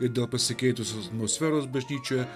ir dėl pasikeitusios atmosferos bažnyčioje